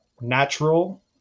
natural